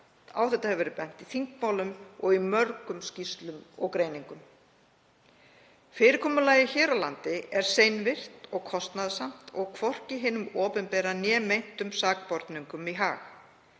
á því sviði, jafnt í þingmálum sem mörgum skýrslum og greiningum. Fyrirkomulagið hér á landi er seinvirkt og kostnaðarsamt og hvorki hinu opinbera né meintum sakborningum í hag.